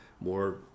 more